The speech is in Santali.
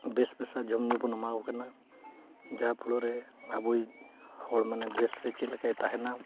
ᱵᱮᱹᱥ ᱵᱮᱹᱥᱟᱜ ᱡᱚᱢᱼᱧᱩ ᱵᱚᱱ ᱮᱢᱟ ᱠᱚ ᱠᱟᱱᱟ ᱡᱟᱦᱟᱸ ᱯᱷᱳᱲᱳ ᱨᱮ ᱟᱵᱚᱭ ᱦᱚᱲ ᱢᱟᱱᱮ ᱵᱮᱹᱥ ᱨᱮ ᱪᱮᱫ ᱞᱮᱠᱟᱭ ᱛᱟᱦᱮᱱᱟ